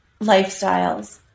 lifestyles